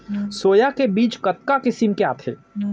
Soya के बीज कतका किसम के आथे?